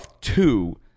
two